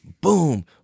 boom